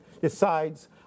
decides